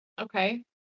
Okay